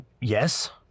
Yes